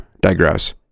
digress